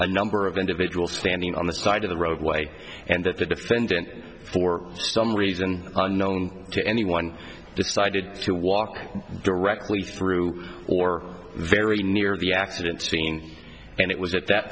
a number of individuals standing on the side of the roadway and that the defendant for some reason unknown to anyone decided to walk directly through or very near the accident scene and it was at that